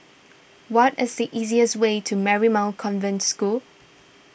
what is the easiest way to Marymount Convent School